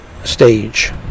stage